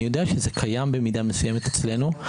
אני יודע שזה קיים במידה מסוימת אצלנו,